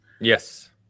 Yes